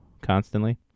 constantly